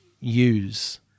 use